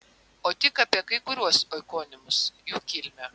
o tik apie kai kuriuos oikonimus jų kilmę